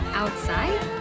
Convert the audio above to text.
outside